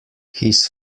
his